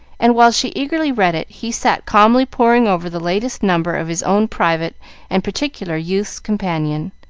and while she eagerly read it he sat calmly poring over the latest number of his own private and particular youth's companion.